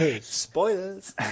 Spoilers